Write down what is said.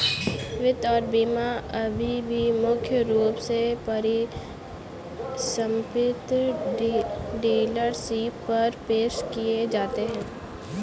वित्त और बीमा अभी भी मुख्य रूप से परिसंपत्ति डीलरशिप पर पेश किए जाते हैं